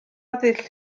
ddull